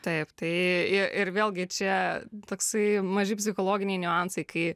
taip tai i ir vėlgi čia toksai maži psichologiniai niuansai kai